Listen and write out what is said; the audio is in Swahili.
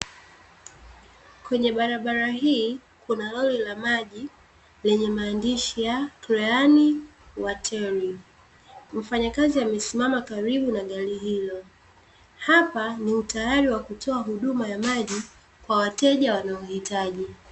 Kwenye barabara hii kuna lori la maji lenye maandishi ya "Clean Water". Mfanyakazi amesimama karibu na gari hilo. Hapa ni utayari wa kutoa huduma ya maji kwa wateja wanaohitaji.